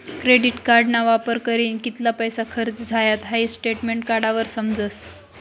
credit कार्डना वापर करीन कित्ला पैसा खर्च झायात हाई स्टेटमेंट काढावर समजस